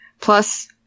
Plus